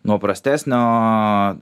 nuo prastesnio